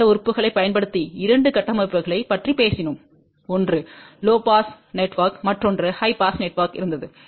மொத்த உறுப்புகளைப் பயன்படுத்தி இரண்டு கட்டமைப்புகளைப் பற்றி பேசினோம் ஒன்று லோ பாஸ் நெட்வொர்க் மற்றொரு ஹை பாஸ் நெட்வொர்க் இருந்தது